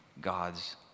God's